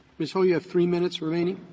ms. ho, you have three minutes remaining.